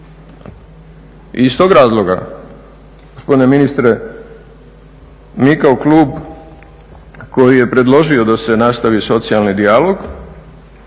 Iz tog razloga, gospodine ministre, mi kao klub koji je predložio da se nastavi socijalni dijalog